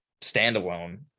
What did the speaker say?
standalone